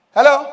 Hello